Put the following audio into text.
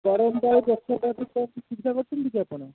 ଗରମ ପାଇଁ କି ଆପଣ